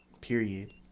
Period